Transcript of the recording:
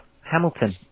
Hamilton